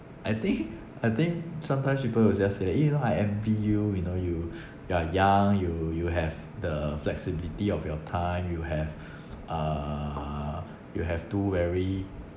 I think I think sometimes people will just say that you know I envy you you know you you're young you you have the flexibility of your time you have uh you have two very